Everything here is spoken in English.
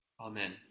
Amen